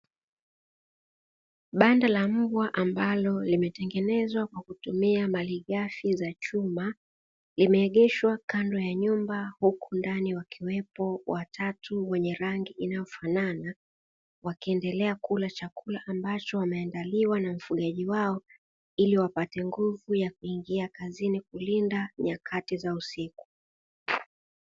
Banda la mbwa ambalo limetengenezwa kwa kutumia malighafi za chuma, limeegeshwa kando ya nyumba huku ndani wakiwepo watatu wenye rangi inayofanana, wakiendelea kula chakula ambacho wameandaliwa na mfugaji wao ili wapate nguvu ya kuingia kazini kulinda nyakati za usiku.